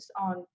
on